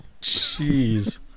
Jeez